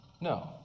No